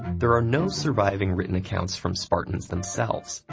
there are no surviving written accounts from spartans themselves,